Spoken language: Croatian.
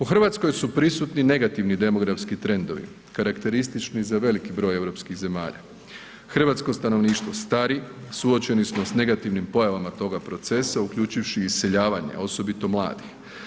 U RH su prisutni negativni demografski trendovi karakteristični za veliki broj europskih zemalja, hrvatsko stanovništvo stari, suočeni smo s negativnim pojavama toga procesa uključivši i iseljavanje, a osobito mladih.